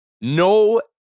no